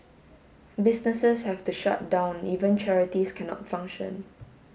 businesses have to shut down even charities cannot function